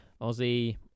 Ozzy